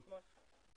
אתמול.